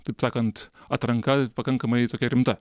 taip sakant atranka pakankamai tokia rimta